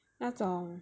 那种